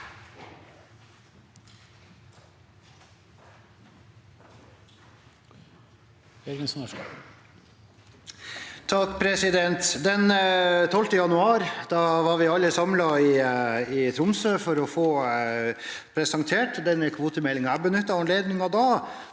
(R) Den 12. januar var vi alle samlet i Tromsø for å få presentert denne kvotemeldingen.